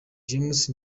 james